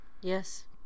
Yes